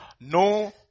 No